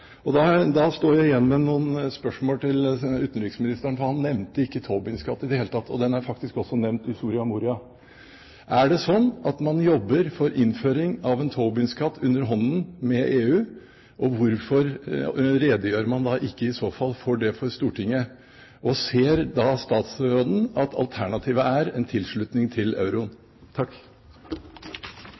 Da står jeg igjen med noen spørsmål til utenriksministeren, for han nevnte ikke Tobin-skatt i det hele tatt, og den er faktisk også nevnt i Soria Moria. Er det sånn at man jobber for innføring av en Tobin-skatt underhånden med EU, og hvorfor redegjør man i så fall ikke for det for Stortinget? Ser da statsråden at alternativet er tilslutning til euro?